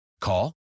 Call